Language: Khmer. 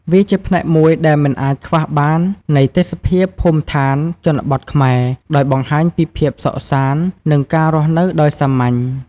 វាជាផ្នែកមួយដែលមិនអាចខ្វះបាននៃទេសភាពភូមិដ្ឋានជនបទខ្មែរ ដោយបង្ហាញពីភាពសុខសាន្ត និងការរស់នៅដោយសាមញ្ញ។